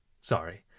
Sorry